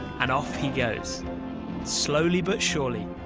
and off he goes slowly but surely,